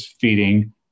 feeding